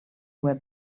were